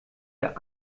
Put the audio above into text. der